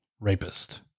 Rapist